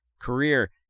career